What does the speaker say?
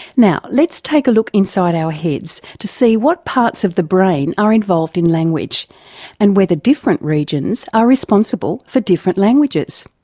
now let's take a look inside our heads to see what parts of the brain are involved in language and whether different regions are responsible for different languages.